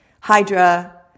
Hydra